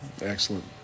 Excellent